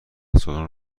سالن